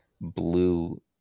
blue